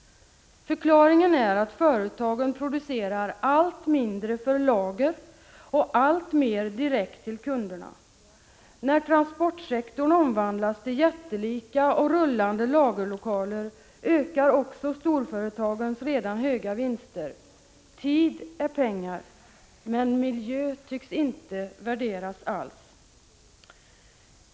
Förklaringen är att företagen producerar allt mindre för lager och alltmer för direkt leverans till kunderna. När transportsektorn omvandlats till jättelika och rullande lagerlokaler ökar också storföretagens redan höga vinster. Tid är pengar! Men miljö tycks inte värderas alls.